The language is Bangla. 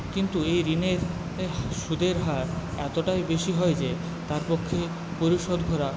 কিন্তু এই ঋণের সুদের হার এতটাই বেশী হয় যে তার পক্ষে পরিশোধ করা